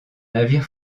navire